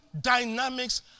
dynamics